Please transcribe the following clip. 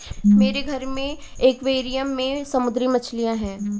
मेरे घर के एक्वैरियम में समुद्री मछलियां हैं